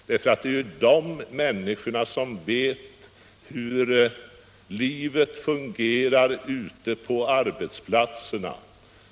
Det är ju de människorna som vet hur livet fungerar ute på arbetsplatserna.